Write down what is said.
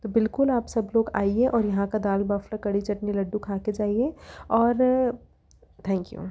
तो बिल्कुल आप सब लोग आइए और यहाँ का दाल बाफला कड़ी चटनी लड्डू खाके जाइए और थैंक यू